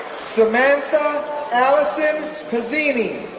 samantha allison pizzini,